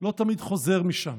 לא תמיד חוזר משם,